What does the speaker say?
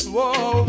Whoa